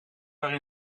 haar